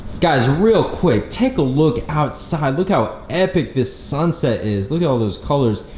guys, real quick take a look outside, look how epic this sunset is, look at all those colors.